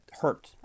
hurt